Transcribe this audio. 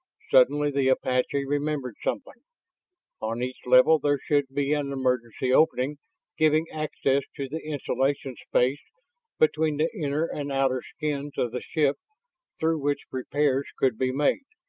suddenly the apache remembered something on each level there should be an emergency opening giving access to the insulation space between the inner and outer skins of the ship through which repairs could be made.